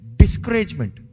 discouragement